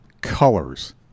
colors